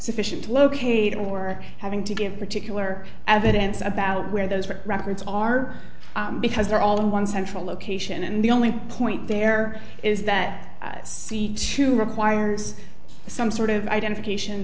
sufficient located or having to give particular evidence about where those records are because they're all in one central location and the only point there is that too requires some sort of identification